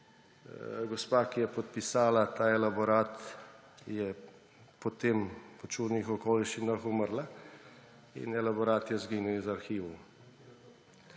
Gospa, ki je podpisala ta elaborat, je potem po čudnih okoliščinah umrla in elaborat je izginil iz arhivov.